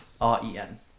R-E-N